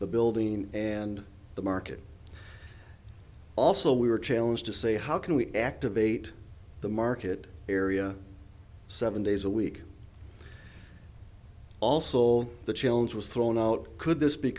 the building and the market also we were challenged to say how can we activate the market area seven days a week also the challenge was thrown out could this